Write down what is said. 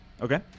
Okay